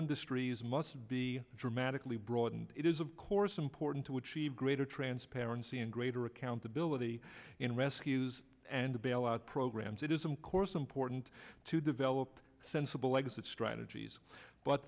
industries must be dramatically broadened it is of course important to achieve greater transparency and greater accountability in rescues and bailout programs it is of course important to develop sensible exit strategies but